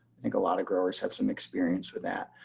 i think a lot of growers have some experience with that.